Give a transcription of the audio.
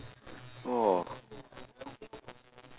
oh